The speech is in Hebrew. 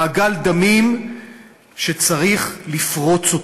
מעגל דמים שצריך לפרוץ אותו.